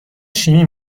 شیمی